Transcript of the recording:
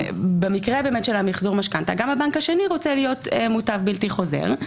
במקרה של מחזור משכנתה גם הבנק השני רוצה להיות מוטב בלתי חוזר,